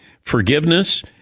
Forgiveness